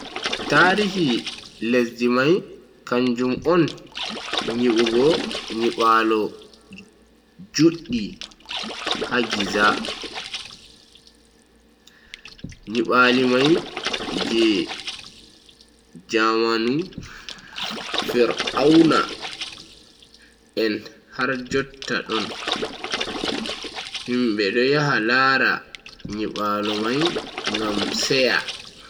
Tarihi lesdi mai kanjum on nyibugo nyibaalu juddi ha giza. nyibaali mai je jamanu firauna en har jotta don. himbe do yaha lara nyibaalu mai ngam seya.